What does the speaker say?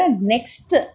next